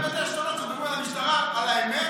מה אתה מאבד את העשתונות שחוקרים את המשטרה על האמת,